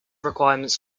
requirements